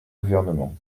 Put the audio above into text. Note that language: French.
gouvernement